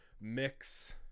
mix